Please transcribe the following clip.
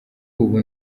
ubu